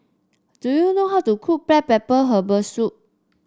do you know how to cook black Herbal Soup